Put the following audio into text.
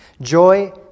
Joy